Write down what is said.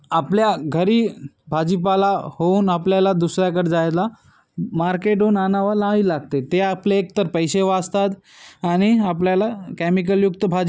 आपल्या घरी भाजीपाला होऊन आपल्याला दुसऱ्याकडे जायला मार्केटहून आणावा नाही लागते ते आपले एकतर पैसे वाचतात आणि आपल्याला केॅमिकलयुक्त भाज